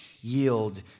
yield